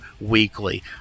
weekly